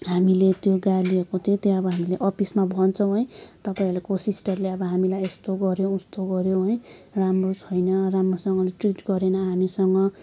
हामीले त्यो गालीहरूको चाहिँ त्यहाँ अब हामीले अफिसमा भन्छौँ है तपाईँहरूको सिस्टरले अब हामीलाई यस्तो गऱ्यो उस्तो गऱ्यो है राम्रो छैन राम्रोसँगले ट्रिट गरेन हामीसँग